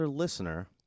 Listener